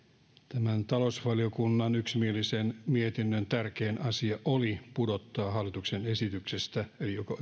tämän talousvaliokunnan yksimielisen mietinnön tärkein asia oli juuri pudottaa se korkokatto hallituksen esityksestä joka oli